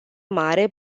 mare